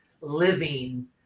living